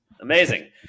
Amazing